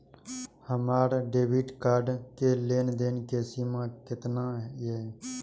हमार debit card के लेन देन के सीमा केतना ये?